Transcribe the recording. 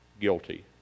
guilty